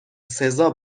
سزا